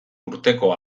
urteko